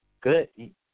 Good